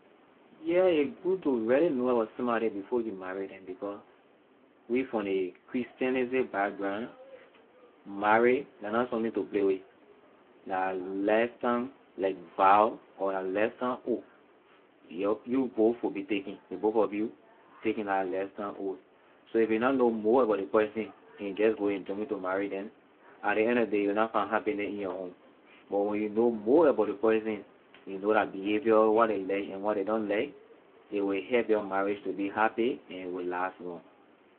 Yeah a good to really know about somebody before you marry neh because we from ley christianity background marry la na something to play with la lifetime like vow or la lifetime oath your you both will be taking ley both of you taking la lifetime oath so ley na know more about ley person you just go and jump into marrying them at ley end of ley day you will na find happiness in your home but when you know more about ley person you know la behavior what ley like and what they don’t like a will help your marriage to be happy and it will last long.